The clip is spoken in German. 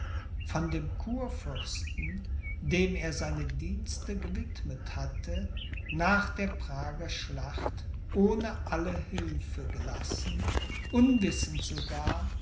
von dem kurfürsten dem er seine dienste gewidmet hatte nach der prager schlacht ohne alle hilfe gelassen unwissend sogar